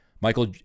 Michael